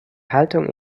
haltung